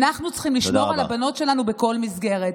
אנחנו צריכים לשמור על הבנות שלנו בכל מסגרת.